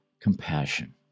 Compassion